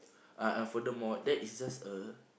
uh and furthermore that is just a